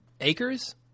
acres